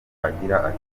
agira